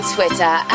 Twitter